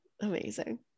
amazing